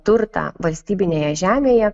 turtą valstybinėje žemėje